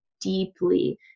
deeply